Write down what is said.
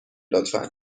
لطفا